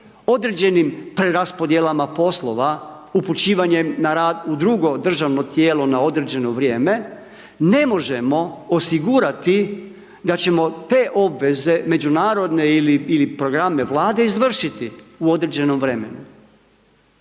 određenim preraspodjelama poslova, upućivanjem na rad u drugo državno tijelo na određeno vrijeme, ne možemo osigurati da ćemo te obveze, međunarodne ili programe Vlade izvršiti u određenom vremenu.